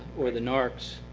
or the narcs,